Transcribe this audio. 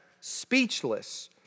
speechless